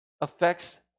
Affects